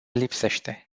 lipsește